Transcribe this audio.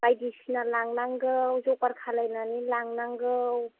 बायदिसिना लांनांगौ जगार खालायनानै लांनांगौ